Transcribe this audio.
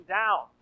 down